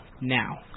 now